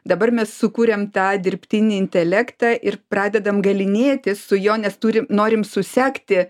dabar mes sukūrėm tą dirbtinį intelektą ir pradedam galynėtis su jo nes turim norim susekti